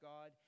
God